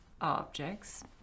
objects